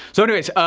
so anyways,